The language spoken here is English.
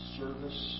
service